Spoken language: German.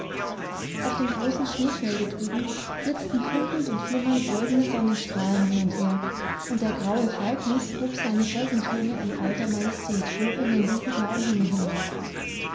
auf dem großen schneefelde drüben blitzten funkelnd und flimmernd goldene sonnenstrahlen hin und her und der graue falknis hob seine felsentürme in alter majestät hoch in den dunkelblauen himmel hinauf